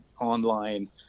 online